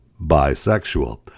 bisexual